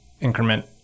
increment